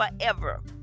forever